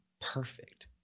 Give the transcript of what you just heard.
perfect